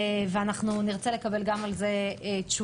אנחנו נרצה לקבל גם על זה תשובות,